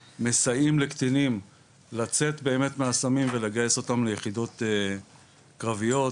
זה הרבה פעמים יושב גם על כאב ועל פתרון של מצוקות.